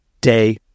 day